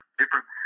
different